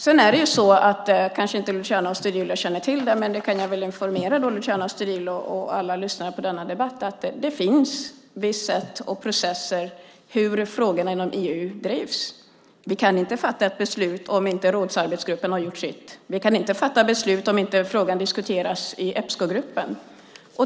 Luciano Astudillo kanske inte känner till det, men jag kan informera honom och alla lyssnare till denna debatt om att det finns ett visst sätt och vissa processer för hur frågorna inom EU drivs. Vi kan inte fatta ett beslut om inte rådsarbetsgruppen har gjort sitt. Vi kan inte fatta beslut om inte frågan diskuterats i Epscogruppen.